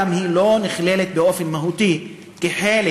היא גם לא נכללת באופן מהותי בתוכניות